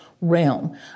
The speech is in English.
realm